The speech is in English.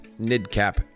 NIDCAP